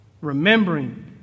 Remembering